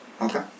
Okay